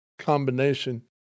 combination